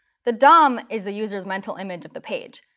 the dom is the users' mental image of the page.